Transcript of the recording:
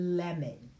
lemon